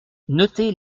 notez